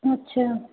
अच्छा